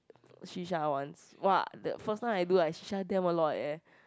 shisha once !wah! the first time I do I shisha damn a lot eh